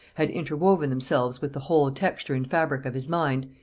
had interwoven themselves with the whole texture and fabric of his mind,